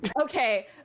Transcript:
Okay